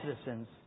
citizens